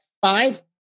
five